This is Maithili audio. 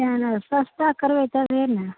किएक नहि सस्ता करबै तभिए ने